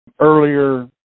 Earlier